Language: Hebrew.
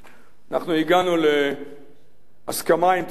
אנחנו הגענו להסכמה עם תושבי מגרון,